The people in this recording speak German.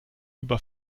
über